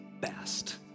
best